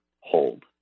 hold